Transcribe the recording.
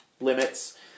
limits